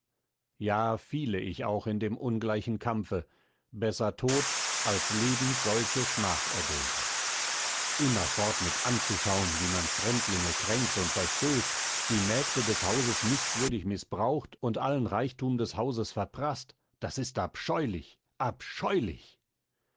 ja fiele ich auch in dem ungleichen kampfe besser tot als lebend solche schmach erdulden immerfort mit anzuschauen wie man fremdlinge kränkt und verstößt die mägde des hauses nichtswürdig mißbraucht und allen reichtum des hauses verpraßt das ist abscheulich abscheulich